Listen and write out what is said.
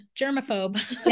germaphobe